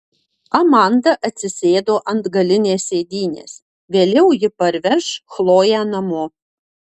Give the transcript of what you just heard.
amanda atsisėdo ant galinės sėdynės vėliau ji parveš chloję namo